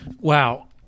Wow